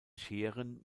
scheren